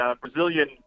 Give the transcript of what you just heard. Brazilian